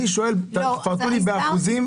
אני מבקש שתפרטו באחוזים